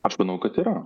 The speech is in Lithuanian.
aš manau kad yra